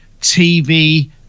tv